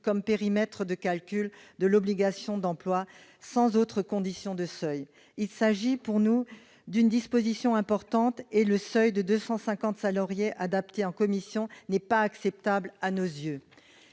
comme périmètre de calcul de l'obligation d'emploi, sans autre condition de seuil. Il s'agit pour nous d'une disposition importante et le seuil de 250 salariés adopté par la commission n'est pas acceptable à nos yeux.